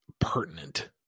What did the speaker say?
pertinent